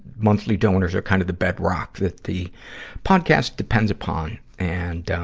monthly donors are kind of the bedrock that the podcast depends upon. and,